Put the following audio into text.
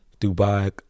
Dubai